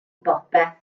bopeth